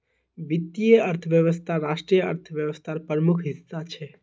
वीत्तिये अर्थवैवस्था राष्ट्रिय अर्थ्वैवास्थार प्रमुख हिस्सा छे